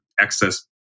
excess